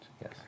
Yes